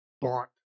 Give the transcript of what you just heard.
bought